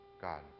God